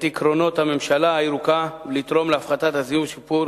עקרונות "הממשלה הירוקה" ולתרום להפחתת הזיהום ולשיפור